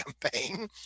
campaign